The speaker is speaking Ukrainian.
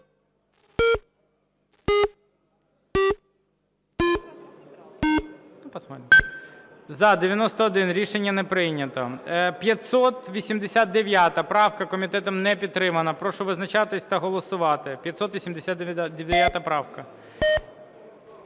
За-91 Рішення не прийнято. 589 правка. Комітетом не підтримана. Прошу визначатись та голосувати. 589 правка.